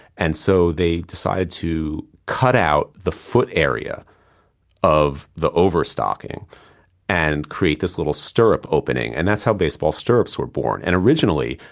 and so they decided to cut out the foot area of the over stocking and create this little stir up opening, and that's how baseball stirrups were born. and originally,